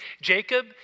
Jacob